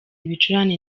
ibicurane